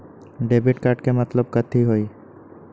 Debit card के मतलब कथी होई?